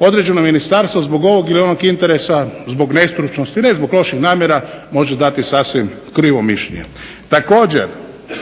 Određeno ministarstvo zbog ovog ili onog interesa, zbog nestručnosti, ne zbog loših namjera može dati sasvim krivo mišljenje.